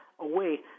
away